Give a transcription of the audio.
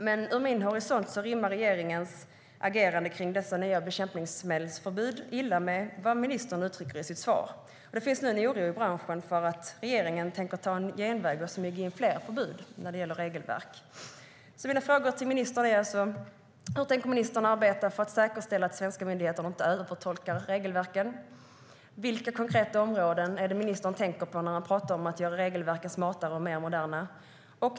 Från min horisont rimmar regeringens agerande kring dessa nya bekämpningsmedelsförbud illa med vad ministern uttrycker i sitt svar. Det finns nu en oro i branschen för att regeringen tänker ta en genväg och smyga in fler förbud när det gäller regelverk. Mina frågor till ministern är alltså: Hur tänker ministern arbeta för att säkerställa att svenska myndigheter inte övertolkar regelverken? Vilka konkreta områden tänker ministern på när han pratar om att göra regelverken smartare och mer moderna?